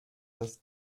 dass